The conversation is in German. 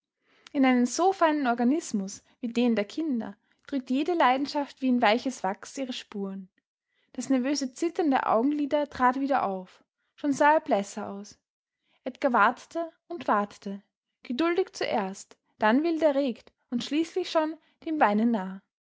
in einen so feinen organismus wie den der kinder drückt jede leidenschaft wie in weiches wachs ihre spuren das nervöse zittern der augenlider trat wieder auf schon sah er blässer aus edgar wartete und wartete geduldig zuerst dann wild erregt und schließlich schon dem weinen nah